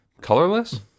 colorless